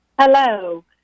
hello